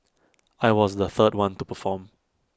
I was the third one to perform